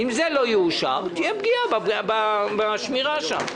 אם זה לא יאושר עכשיו, תהיה פגיעה בשמירה שם.